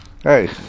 hey